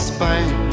Spain